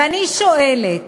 ואני שואלת: